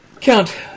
Count